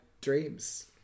dreams